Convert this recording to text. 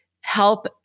help